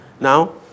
Now